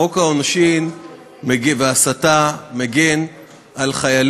חוק העונשין מגן בנושא ההסתה על חיילים